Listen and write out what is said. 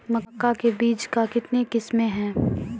मक्का के बीज का कितने किसमें हैं?